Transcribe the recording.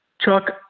Chuck